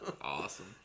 Awesome